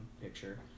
picture